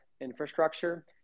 infrastructure